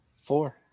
four